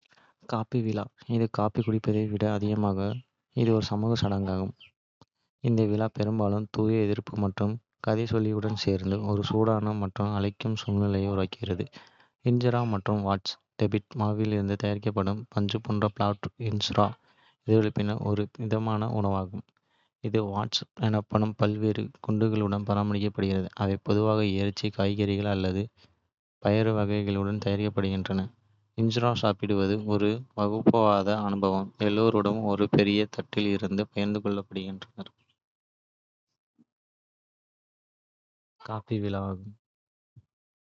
காபி விழா இது காபி குடிப்பதை விட அதிகம்; இது ஒரு சமூக சடங்காகும், இது காபி பீன்ஸ் வறுத்தல், அரைத்தல் மற்றும் காய்ச்சுதல் ஆகியவற்றை உள்ளடக்கியது. இந்த விழா பெரும்பாலும் தூப எரிப்பு மற்றும் கதைசொல்லலுடன் சேர்ந்து, ஒரு சூடான மற்றும் அழைக்கும் சூழ்நிலையை உருவாக்குகிறது. இன்ஜெரா மற்றும் வாட் டெஃப் மாவிலிருந்து தயாரிக்கப்படும் பஞ்சுபோன்ற பிளாட்பிரெட் இன்ஜெரா, எத்தியோப்பியாவில் ஒரு பிரதான உணவாகும். இது வாட்ஸ் எனப்படும் பல்வேறு குண்டுகளுடன் பரிமாறப்படுகிறது, அவை பொதுவாக இறைச்சி, காய்கறிகள் அல்லது பயறு வகைகளுடன் தயாரிக்கப்படுகின்றன. இன்ஜெரா சாப்பிடுவது ஒரு வகுப்புவாத. அனுபவம், எல்லோரும் ஒரு பெரிய தட்டில் இருந்து பகிர்ந்து கொள்கிறார்கள்.